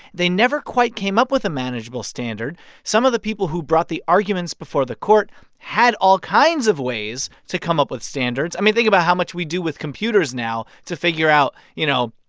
they never quite came up with a manageable standard some of the people who brought the arguments before the court had all kinds of ways to come up with standards. i mean, think about how much we do with computers now to figure out, you know,